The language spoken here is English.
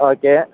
okay